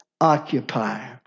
occupy